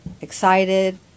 excited